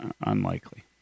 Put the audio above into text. unlikely